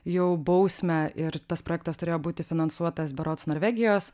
jau bausmę ir tas projektas turėjo būti finansuotas berods norvegijos